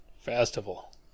Festival